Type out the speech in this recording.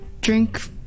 drink